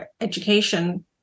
education